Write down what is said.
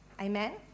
Amen